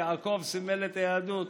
יעקב סימל את היהדות,